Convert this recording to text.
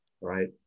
right